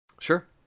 Sure